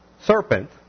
serpent